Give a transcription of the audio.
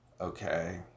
okay